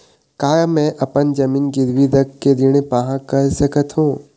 का मैं अपन जमीन गिरवी रख के ऋण पाहां कर सकत हावे?